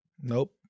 Nope